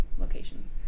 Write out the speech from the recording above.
locations